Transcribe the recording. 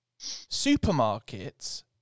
Supermarkets